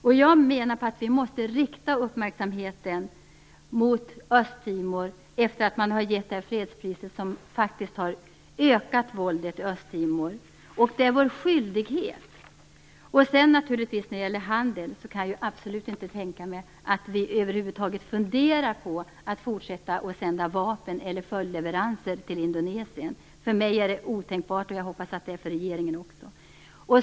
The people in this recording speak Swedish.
Det är vår skyldighet att rikta uppmärksamheten mot Östtimor, där fredspriset faktiskt bidragit till ett ökat våld. När det gäller handeln kan jag absolut inte tänka mig att vi över huvud taget funderar på att fortsätta med att sända vapen eller följdleveranser till Indonesien. För mig är något sådant otänkbart. Jag hoppas att det är så för regeringen också.